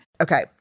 Okay